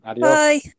Bye